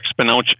exponential